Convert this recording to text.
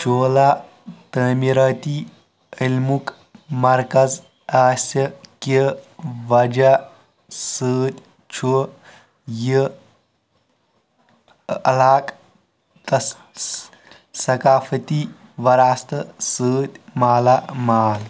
چولا تعمیٖرٲتی عٔلمُک مرکَز آسہِ کہِ وجہہ سۭتۍ چھُ یہِ علاقہٕ تس ثَقافتی وَراثَتہٕ سۭتۍ مالا مال